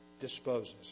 disposes